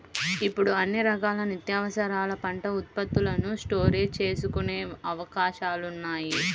ఇప్పుడు అన్ని రకాల నిత్యావసరాల పంట ఉత్పత్తులను స్టోరేజీ చేసుకునే అవకాశాలున్నాయి